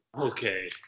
okay